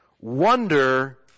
Wonder